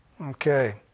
okay